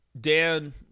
Dan